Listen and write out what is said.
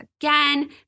again